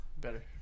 Better